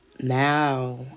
now